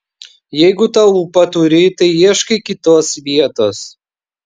jeigu tą ūpą turi tai ieškai kitos vietos